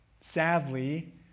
Sadly